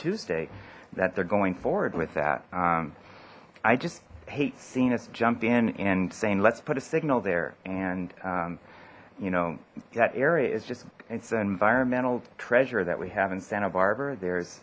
tuesday that they're going forward with that i just hate seeing us jump in and saying let's put a signal there and you know that area is just it's an environmental treasure that we have in santa barbara there's